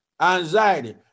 anxiety